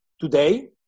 today